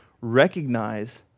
recognize